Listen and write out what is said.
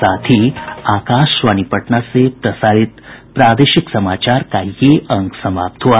इसके साथ ही आकाशवाणी पटना से प्रसारित प्रादेशिक समाचार का ये अंक समाप्त हुआ